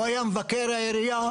הוא היה מבקר העירייה,